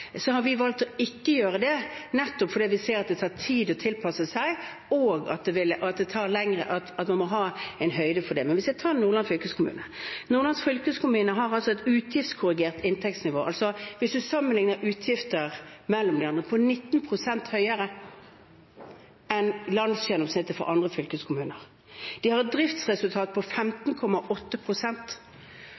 Så har vi valgt ikke å gjøre det, nettopp fordi vi ser at det tar tid å tilpasse seg, og at man må ta høyde for det. Hvis man tar Nordland fylkeskommune: Nordland fylkeskommune har et utgiftskorrigert inntektsnivå, hvis man sammenligner utgifter med de andre, som er 19 pst. høyere enn landsgjennomsnittet for andre fylkeskommuner. De har et driftsresultat på